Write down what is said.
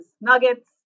nuggets